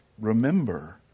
remember